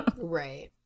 right